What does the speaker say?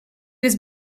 was